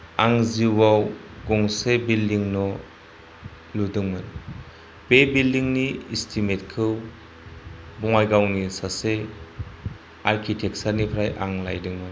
आं जिउआव गंसे बिल्डिं न' लुदोंमोन बे बिल्डिंनि इस्टिमेटखौ बङाइगावनि सासे आर्किटेक्चारनिफ्राय आं लायदोंमोन